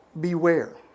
beware